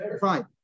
fine